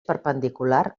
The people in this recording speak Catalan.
perpendicular